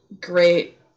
great